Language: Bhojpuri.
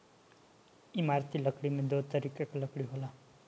इमारती लकड़ी में दो तरीके कअ लकड़ी होला